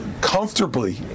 comfortably